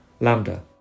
Lambda